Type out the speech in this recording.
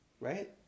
right